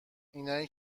اینایی